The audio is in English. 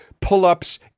pull-ups